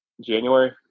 January